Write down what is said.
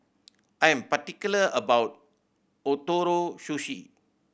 I am particular about Ootoro Sushi